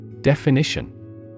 Definition